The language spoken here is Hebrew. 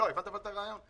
הבנת, ערן, את הרעיון?